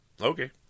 Okay